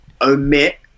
omit